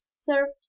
served